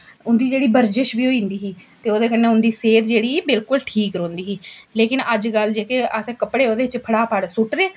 उं'दी जेह्ड़ी बर्जिश बी होई जंदी ही ते ओह्दे उं'दे कन्नै ओह्दी सेह्त बिलकुल ठीक रौंह्दी ही लेकिन अज्जकल जेह्के असें कपड़े जेह्के ओह्दे बिच्च फटाफट सुट्टने